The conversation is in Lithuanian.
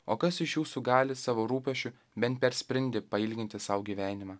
o kas iš jūsų gali savo rūpesčiu bent per sprindį pailginti sau gyvenimą